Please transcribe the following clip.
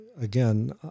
again